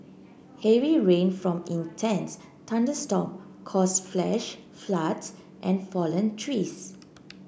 heavy rain from intense thunderstorm caused flash floods and fallen trees